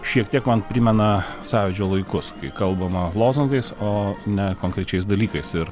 šiek tiek man primena sąjūdžio laikus kai kalbama lozungais o ne konkrečiais dalykais ir